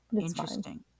Interesting